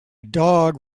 dog